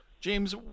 James